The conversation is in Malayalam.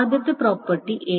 ആദ്യത്തെ പ്രോപ്പർട്ടി A